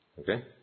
Okay